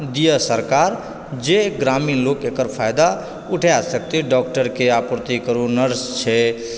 दिए सरकार जे ग्रामीण लोक एकर फायदा उठा सकतै डॉक्टर के आपूर्ति करू नर्स छै